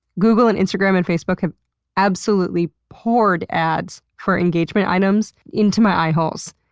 google and instagram and facebook have absolutely poured ads for engagement items into my eyeholes.